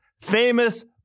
famous